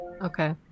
Okay